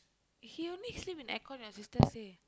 he only sleep in aircon your sister say